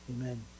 amen